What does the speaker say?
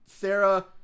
Sarah